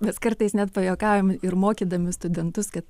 mes kartais net pajuokaujam ir mokydami studentus kad